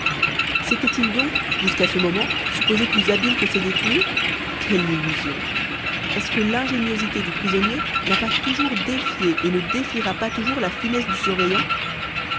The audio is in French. s'était-il donc jusqu'à ce moment supposé plus habile que ses détenus quelle illusion est-ce que l'ingéniosité du prisonnier n'a pas toujours défié et ne défiera pas toujours la finesse du surveillant